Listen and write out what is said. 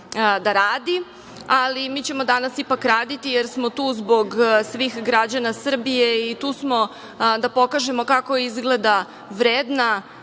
da radi, ali mi ćemo danas ipak raditi, jer smo tu zbog svih građana Srbije i tu smo da pokažemo kako izgleda vredna,